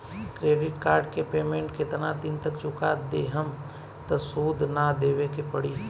Credit card के payment केतना दिन तक चुका देहम त सूद ना देवे के पड़ी?